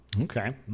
Okay